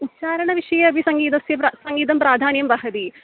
उच्चारणविषये अपि सङ्गीतस्य प्रा सङ्गीतं प्राधान्यं वहति